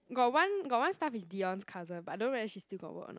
got one got one staff is Dion's cousin but I don't know whether she still got work or not